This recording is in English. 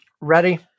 Ready